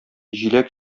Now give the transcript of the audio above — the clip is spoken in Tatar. җиләк